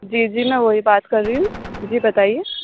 جی جی میں وہی بات کر رہی ہوں جی بتائیے